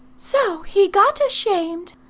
so he got ashamed,